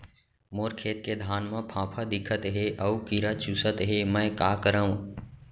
मोर खेत के धान मा फ़ांफां दिखत हे अऊ कीरा चुसत हे मैं का करंव?